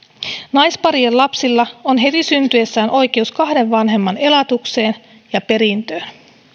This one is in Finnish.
naisparien lapsilla on heti syntyessään oikeus kahden vanhemman elatukseen ja perintöön